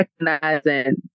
recognizing